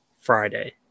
Friday